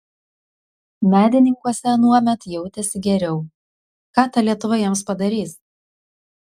medininkuose anuomet jautėsi geriau ką ta lietuva jiems padarys